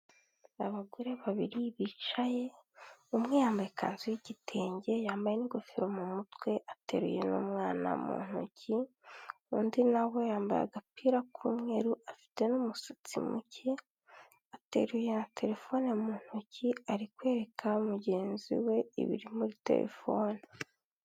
Abagore babiri bicaye, umwe yambaye ikanzu y'igitenge, yambaye n'ingofero mu mutwe, ateruye n'umwana mu ntoki, undi na we yambaye agapira k'umweru, afite n'umusatsi muke, ateruye na terefone mu ntoki, ari kwereka mugenzi we ibiri muri terefone.